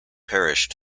parish